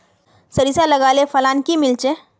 सारिसा लगाले फलान नि मीलचे?